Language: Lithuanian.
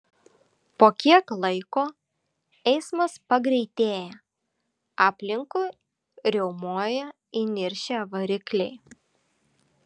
po kiek laiko eismas pagreitėja aplinkui riaumoja įniršę varikliai